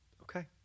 okay